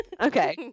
okay